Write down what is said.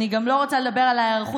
אני גם לא רוצה לדבר על ההיערכות